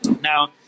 Now